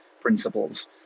principles